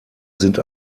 sind